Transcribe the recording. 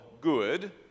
good